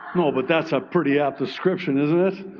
no, but that's a pretty apt description, isn't it?